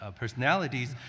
personalities